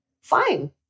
fine